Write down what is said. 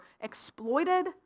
exploited